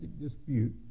dispute